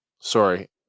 sorry